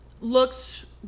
Looks